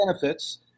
benefits